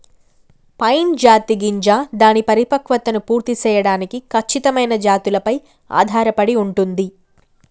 pine జాతి గింజ దాని పరిపక్వతను పూర్తి సేయడానికి ఖచ్చితమైన జాతులపై ఆధారపడి ఉంటుంది